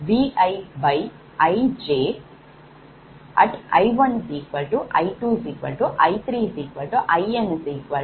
அதாவது ZijViIj |I1I2I3In0Ij0